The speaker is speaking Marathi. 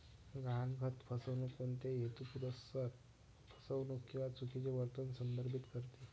गहाणखत फसवणूक कोणत्याही हेतुपुरस्सर फसवणूक किंवा चुकीचे वर्णन संदर्भित करते